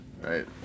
right